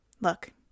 Look